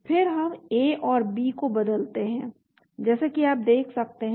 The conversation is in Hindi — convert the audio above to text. फिर हम ए और बी को बदलते हैं जैसा कि आप देख सकते हैं